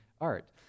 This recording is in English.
art